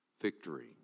Victory